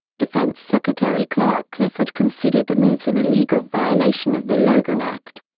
defense secretary clark clifford considered the moves an illegal violation of the logan act.